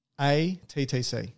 A-T-T-C